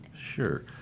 Sure